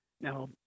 Now